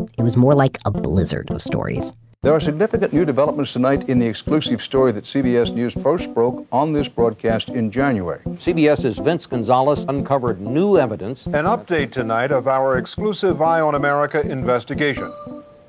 and it was more like a blizzard of stories there are significant new developments tonight in the exclusive story that cbs news first broke on this broadcast in january. cbs's vince gonzalez uncovered new evidence, an update tonight of our exclusive eye on america investigation